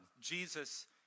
Jesus